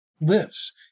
lives